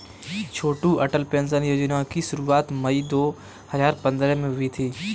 छोटू Atal pension योजना की शुरुआत मई दो हज़ार पंद्रह में हुई थी